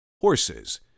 Horses